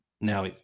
now